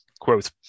Quote